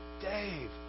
Dave